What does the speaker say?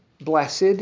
blessed